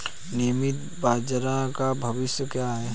नियमित बाजार का भविष्य क्या है?